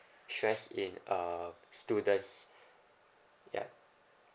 stress in uh students yup